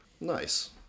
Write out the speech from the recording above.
Nice